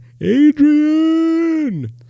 Adrian